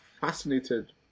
fascinated